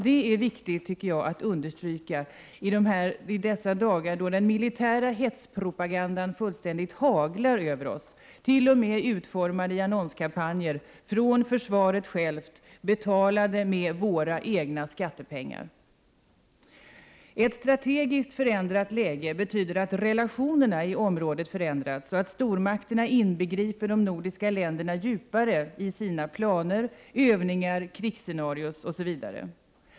Det är viktigt att understryka i dessa dagar, då den militära hetspropagandan fullkomligt haglar över oss, t.o.m. i form av annonskampanjer från försvaret självt, betalade med våra skattepengar. Ett förändrat strategiskt läge betyder att relationerna i området har förändrats och att stormakterna inbegriper de nordiska länderna djupare i sina planer, övningar, krigsscenarion osv.